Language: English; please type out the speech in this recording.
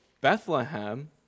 Bethlehem